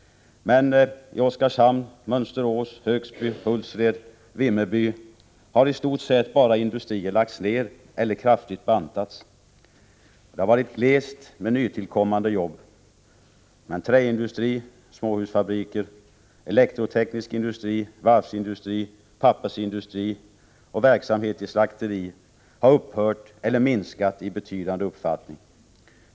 Men i Oskarshamn, Mönsterås, Högsby, Hultsfred och Vimmerby har i stort sett bara industrier lagts ned eller kraftigt bantats. Det har varit glest med nytillkommande jobb. Men träindustri , elektroteknisk industri, varvsindustri, pappersindustri och verksamhet i slakteri har upphört eller minskat i betydande omfattning.